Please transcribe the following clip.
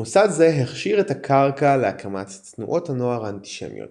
מוסד זה הכשיר את הקרקע להקמת תנועות הנוער האנטישמיות.